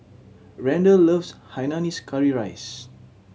Randell loves Hainanese curry rice